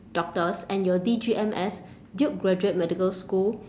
doctors and your D_G_M S duke graduate medical school